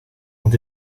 ont